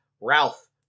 Ralph